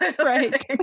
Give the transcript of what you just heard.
Right